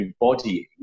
embodying